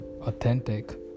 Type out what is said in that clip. authentic